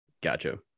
Gotcha